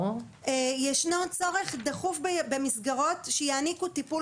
ישנו צורך דחוף במסגרות שיעניקו טיפול